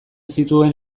zituen